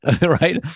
right